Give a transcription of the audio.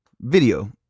video